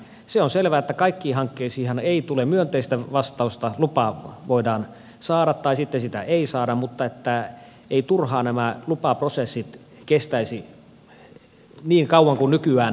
se on selvää että kaikkiin hankkeisiinhan ei tule myönteistä vastausta lupa voidaan saada tai sitten sitä ei saada mutta että eivät turhaan nämä lupaprosessit kestäisi niin kauan kuin ne nykyään kestävät